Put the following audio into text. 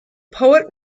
poet